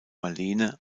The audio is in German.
marlene